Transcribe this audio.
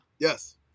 Yes